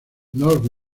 nord